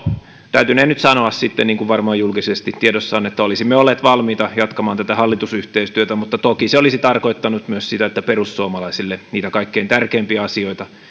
täytynee nyt sanoa sitten niin kuin varmasti julkisesti tiedossa on että olisimme olleet valmiita jatkamaan tätä hallitusyhteistyötä mutta toki se olisi tarkoittanut myös sitä että niitä perussuomalaisille kaikkein tärkeimpiä asioita